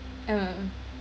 mm